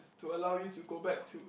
to allow you to go back to